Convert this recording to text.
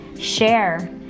share